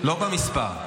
לא במספר.